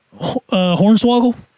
Hornswoggle